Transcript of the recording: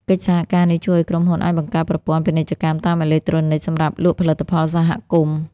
កិច្ចសហការនេះជួយឱ្យក្រុមហ៊ុនអាចបង្កើតប្រព័ន្ធពាណិជ្ជកម្មតាមអេឡិចត្រូនិក សម្រាប់លក់ផលិតផលសហគមន៍។